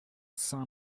saint